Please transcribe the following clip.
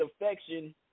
affection